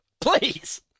Please